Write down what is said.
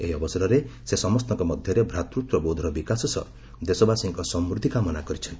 ଏହି ଅବସରରେ ସେ ସମସ୍ତଙ୍କ ମଧ୍ୟରେ ଭ୍ରାତୃତ୍ୱବୋଧର ବିକାଶ ସହ ଦେଶବାସୀଙ୍କ ସମୃଦ୍ଧି କାମନା କରିଛନ୍ତି